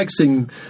texting